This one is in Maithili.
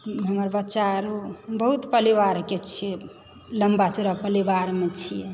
हमर बच्चा आरो बहुत परिवारके छियै लम्बा चौड़ा परिवारमे छियै